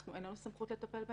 אין לנו סמכות לטפל בהן.